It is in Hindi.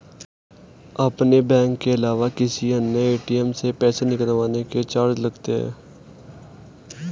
अपने बैंक के अलावा किसी अन्य ए.टी.एम से पैसे निकलवाने के चार्ज लगते हैं